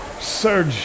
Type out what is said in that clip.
surge